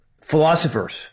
philosophers